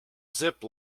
zip